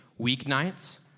weeknights